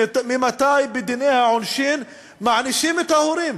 ממתי בדיני העונשין מענישים את ההורים?